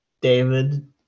David